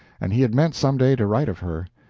and he had meant some day to write of her.